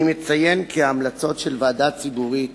אני מציין כי המלצות של ועדה ציבורית